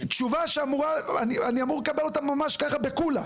תשובה שאמורה, אני אמור לקבל אותה ממש ככה בקולה.